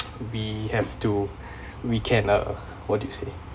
we have to we can uh what do you say